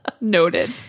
Noted